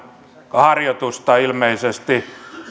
harjoitusta ilmeisesti